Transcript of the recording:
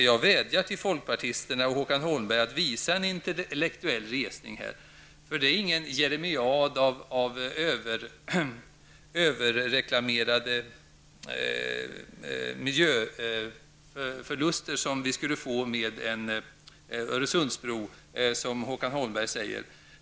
Jag vädjar till folkpartiet och Håkan Homberg att visa en intellektuell resning. Det är inte fråga om en jeremiad överreklamomerade miljöförluster, som vi skulle få med en Öresundsbro enligt Håkan Holmberg.